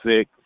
sick